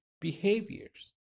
behaviors